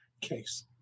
case